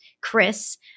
Chris